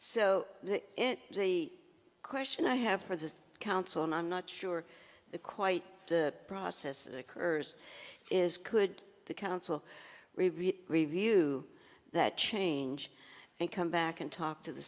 so the question i have for the council and i'm not sure quite the process occurs is could the council review that change and come back and talk to the